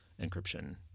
encryption